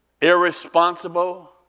irresponsible